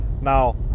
Now